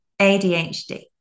ADHD